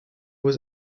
was